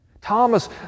Thomas